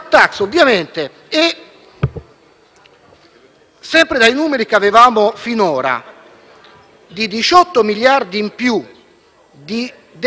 sempre dai numeri che avevamo finora, a fronte dei 18 miliardi in più di *deficit* per finanziare la spesa corrente,